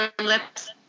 lips